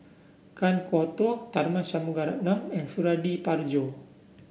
Kan Kwok Toh Tharman Shanmugaratnam and Suradi Parjo